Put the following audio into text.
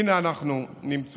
הינה, אנחנו נמצאים,